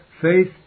faith